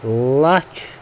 لَچھ